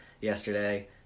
yesterday